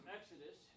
Exodus